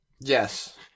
Yes